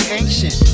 ancient